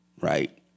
right